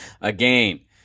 again